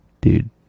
Dude